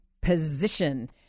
position